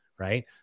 Right